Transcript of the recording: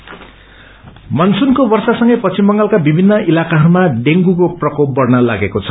डेंग्र मानसूनको वर्षासँगै पश्चिम बंगालका विभिन्नइतकाकाहरूमा डेँगूको प्रकोप बढ़न लागेको छ